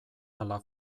ala